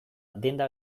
denda